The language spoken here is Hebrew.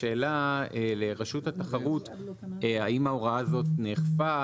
השאלה שלי לרשות התחרות היא האם ההוראה הזאת נאכפה,